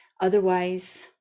otherwise